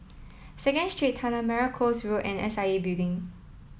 Second Street Tanah Merah Coast Road and S I A Building